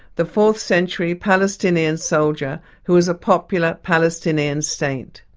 the fourth century palestinian soldier who is a popular palestinian saint.